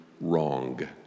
wrong